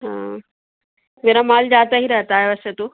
ہاں میرا مال جاتا ہی رہتا ہے ویسے تو